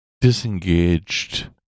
disengaged